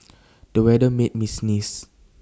the weather made me sneeze